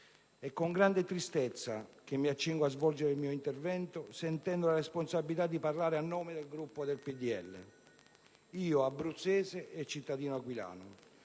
È con grande tristezza che mi accingo a svolgere il mio intervento, sentendo la responsabilità di parlare a nome del Gruppo del PdL, io, abruzzese e cittadino aquilano.